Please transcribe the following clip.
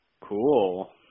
cool